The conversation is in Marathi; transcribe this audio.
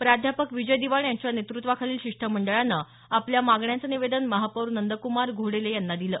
प्राध्यापक विजय दिवाण यांच्या नेतृत्वाखालील शिष्टमंडळानं आपल्या मागण्याचं निवेदन महापौर नंद्कुमार घोडेले यांना दिलं